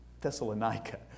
Thessalonica